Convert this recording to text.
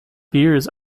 beers